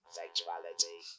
sexuality